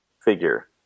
figure